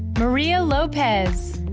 maria lopez.